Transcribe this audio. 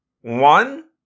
One